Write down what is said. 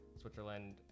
Switzerland